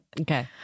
okay